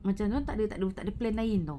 macam dia orang tak ada tak ada plan lain [tau]